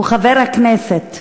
הוא חבר הכנסת,